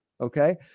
Okay